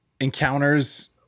encounters